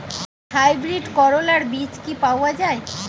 Hybrid করলার বীজ কি পাওয়া যায়?